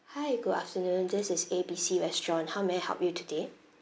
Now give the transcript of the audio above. hi good afternoon this is A B C restaurant how may I help you today